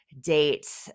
date